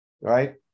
Right